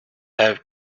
have